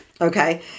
Okay